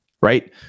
Right